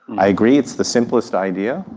i agree it's the simplest idea,